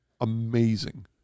amazing